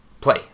Play